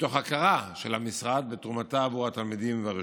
מתוך הכרה של המשרד בתרומתה לתלמידים ולרשויות.